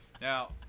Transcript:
Now